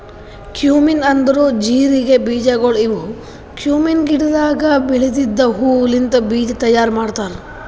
cumin ಅಂದುರ್ ಜೀರಿಗೆ ಬೀಜಗೊಳ್ ಇವು ಕ್ಯುಮೀನ್ ಗಿಡದಾಗ್ ಬೆಳೆದಿದ್ದ ಹೂ ಲಿಂತ್ ಬೀಜ ತೈಯಾರ್ ಮಾಡ್ತಾರ್